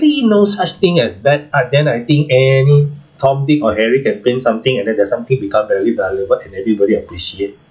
~lly no such thing as bad art then I think any tom dick or harry can paint something and then that something become very valuable and everybody appreciate